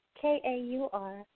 K-A-U-R